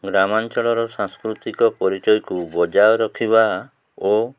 ଗ୍ରାମାଞ୍ଚଳର ସାଂସ୍କୃତିକ ପରିଚୟକୁ ବଜାୟ ରଖିବା ଓ